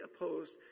opposed